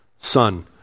Son